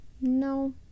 No